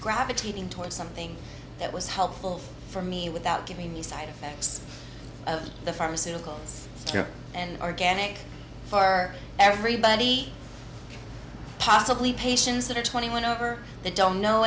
gravitating towards something that was helpful for me without giving the side of the pharmaceuticals and organic for everybody possibly patients that are twenty whenever they don't know